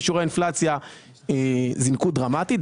ושיעורי האינפלציה זינקו דרמטית,